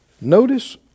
Notice